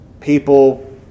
People